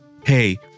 hey